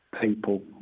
people